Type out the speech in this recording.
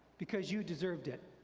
because you deserved it.